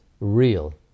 real